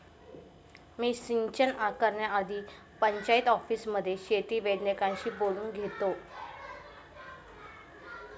मी सिंचन करण्याआधी पंचायत ऑफिसमध्ये शेती वैज्ञानिकांशी बोलून घेतो